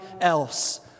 else